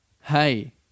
Hey